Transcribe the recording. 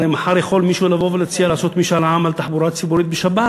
הרי מחר יכול מישהו להציע לעשות משאל עם על תחבורה ציבורית בשבת,